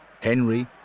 Henry